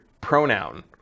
pronoun